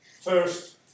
first